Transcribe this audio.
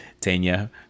Tanya